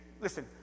Listen